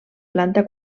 planta